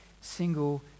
single